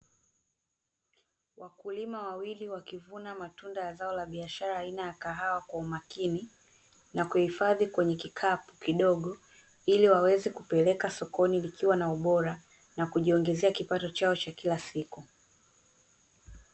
Wakulima wawili wakivuna matunda ya zao la biashara aina ya kahawa kwa umakini na kuhifadhi kwenye kikapu kidogo, ili waweze kupeleka sokoni likiwa na ubora na kujiongezea kipato chao cha kila siku.